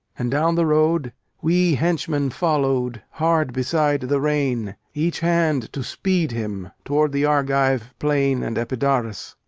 and down the road we henchmen followed, hard beside the rein, each hand, to speed him, toward the argive plain and epidaurus.